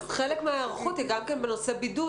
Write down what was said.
חלק מההיערכות היא גם בנושא בידוד